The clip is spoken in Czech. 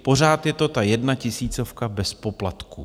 Pořád je to ta jedna tisícovka bez poplatku.